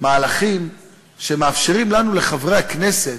מהלכים שמאפשרים לנו, לחברי הכנסת,